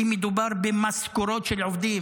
כי מדובר במשכורות של עובדים,